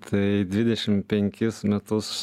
tai dvidešim penkis metus